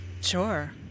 Sure